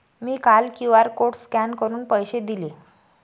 मी काल QR code scan करून पैसे दिले